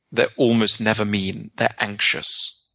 they're almost never mean. they're anxious.